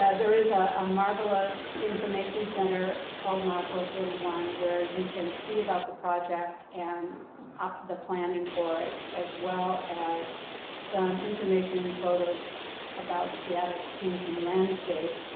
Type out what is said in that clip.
there is a marvelous information center called milepost thirty one, where you can see about the project and ah the planning for it as well as some information and photos about seattle's changing landscape.